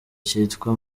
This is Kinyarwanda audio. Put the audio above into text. kitwa